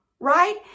right